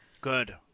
Good